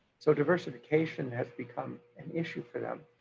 so diversification has become an issue for them.